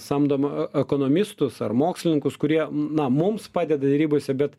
samdom ekonomistus ar mokslininkus kurie na mums padeda derybose bet